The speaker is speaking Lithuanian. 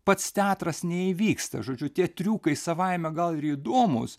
pats teatras neįvyksta žodžiu tie triukai savaime gal ir įdomūs